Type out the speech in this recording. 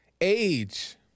age